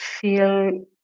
feel